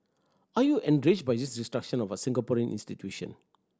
are you enraged by this destruction of a Singaporean institution